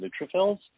neutrophils